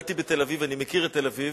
גדלתי בתל-אביב, אני מכיר את תל-אביב,